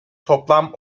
toplam